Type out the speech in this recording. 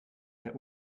der